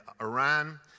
Iran